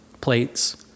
plates